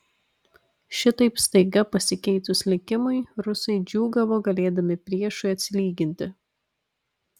šitaip staiga pasikeitus likimui rusai džiūgavo galėdami priešui atsilyginti